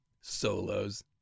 solos